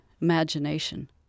imagination